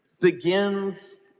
begins